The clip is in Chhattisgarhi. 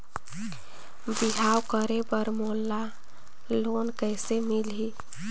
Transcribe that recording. बिहाव करे बर मोला लोन कइसे मिलही?